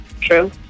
True